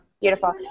Beautiful